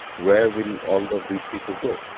where will all of these people go?